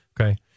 Okay